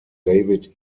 david